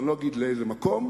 ואני לא אגיד לאיזה מקום.